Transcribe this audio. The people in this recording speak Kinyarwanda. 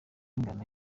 ingano